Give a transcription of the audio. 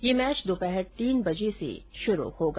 ये मैच दोपहर तीन बजे से शुरू होगा